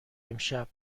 امشب